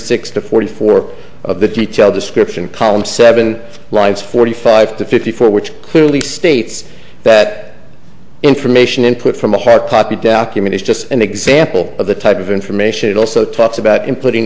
six to forty four of the teach all description column seven lives forty five to fifty four which clearly states that information input from a hard copy dow cumin is just an example of the type of information it also talks about inputting